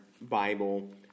Bible